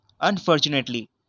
Unfortunately